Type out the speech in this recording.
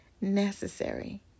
necessary